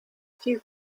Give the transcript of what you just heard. few